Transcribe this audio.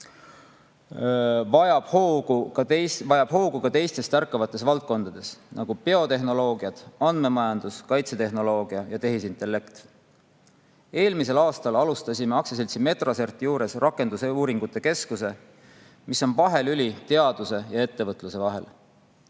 vajab hoogu ka teistes tärkavates valdkondades, nagu biotehnoloogia, andmemajandus, kaitsetehnoloogia ja tehisintellekt. Eelmisel aastal alustas aktsiaseltsi Metrosert juures rakendusuuringute keskus, mis on vahelüli teaduse ja ettevõtluse vahel.